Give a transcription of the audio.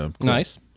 Nice